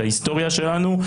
ההיסטוריה שלנו,